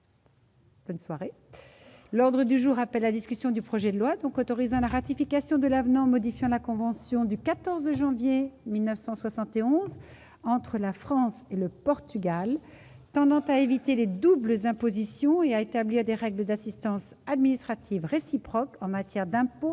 l'ordre du jour appelle la discussion du projet de loi donc autorisant la ratification de l'avenant modifiant la convention du 14 janvier 1971 entre la France et le Portugal pendant à éviter les doubles impositions et à établir des règles d'assistance administrative réciproque en matière d'impôt